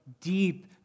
deep